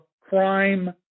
crime